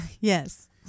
yes